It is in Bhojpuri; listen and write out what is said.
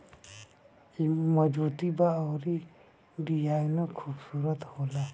एमे मजबूती बा अउर डिजाइनो खुबसूरत होला